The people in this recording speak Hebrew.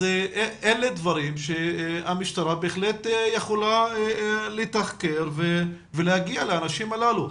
אלה דברים שהמשטרה בהחלט יכולה לתחקר ולהגיע לאנשים הללו,